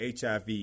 HIV